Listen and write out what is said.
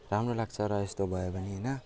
राम्रो लाग्छ र यस्तो भयो भने होइन